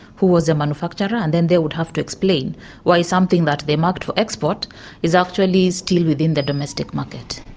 who was the manufacturer, and then they would have to explain why something that they marked for export is actually still within the domestic market.